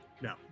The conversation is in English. No